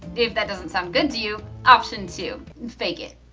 if that doesn't sound good to you, option two fake it.